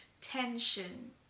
tension